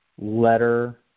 letter